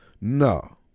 No